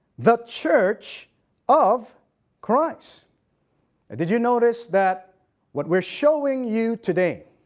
the church of christ. did you notice that what we're showing you today